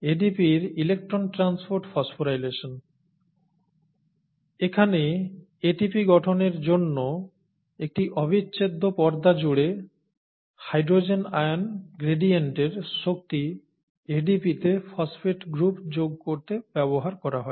ADP র electron transport phosphorylation এখানে ATP গঠনের জন্য একটি অবিচ্ছেদ্য পর্দা জুড়ে হাইড্রোজেন আয়ন গ্রেডিয়েন্টের শক্তি ADP তে ফসফেট গ্রুপ যোগ করতে ব্যবহার করা হয়